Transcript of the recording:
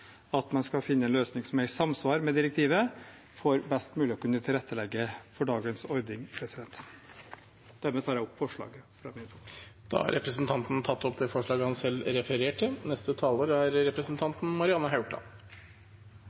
at man skal finne en løsning som er «i samsvar med direktivet» for best mulig å kunne tilrettelegge for dagens ordning. Hermed tar jeg opp forslaget. Representanten Trond Giske har tatt opp det forslaget han refererte.